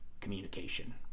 Communication